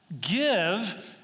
Give